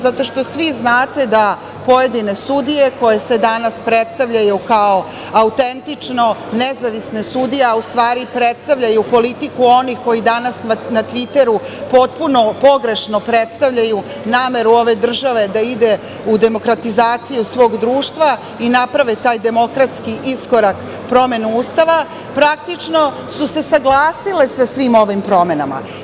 Zato što svi znate da pojedine sudije koje se danas predstavljaju kao autentično nezavisne sudije, a u stvari predstavljaju politiku onih koji danas na Tviteru potpuno pogrešno predstavljaju nameru ove države da ide u demokratizaciju svog društva i naprave taj demokratski iskorak promene Ustava, praktično su se saglasile sa svim ovim promenama.